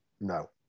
No